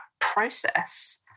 process